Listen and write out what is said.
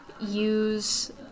use